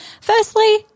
firstly